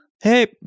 Hey